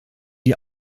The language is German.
die